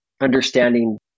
understanding